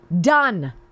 done